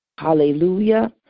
Hallelujah